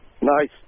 Nice